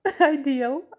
ideal